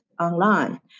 online